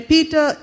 Peter